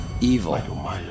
Evil